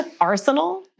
Arsenal